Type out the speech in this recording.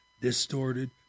distorted